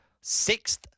sixth